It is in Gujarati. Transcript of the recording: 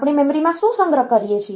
આપણે મેમરીમાં શું સંગ્રહ કરીએ છીએ